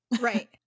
Right